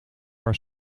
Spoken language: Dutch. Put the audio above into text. haar